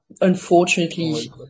unfortunately